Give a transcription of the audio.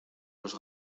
los